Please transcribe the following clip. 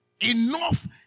Enough